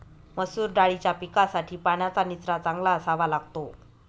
मसूर दाळीच्या पिकासाठी पाण्याचा निचरा चांगला असावा लागतो